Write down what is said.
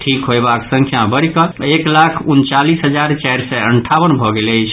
ठीक होयबाक संख्या बढ़ि कऽ एक लाख उनचालीस हजार चारि सय अंठावन भऽ गेल अछि